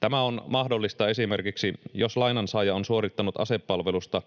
Tämä on mahdollista esimerkiksi, jos lainansaaja on suorittanut asepalvelusta